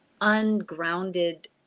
ungrounded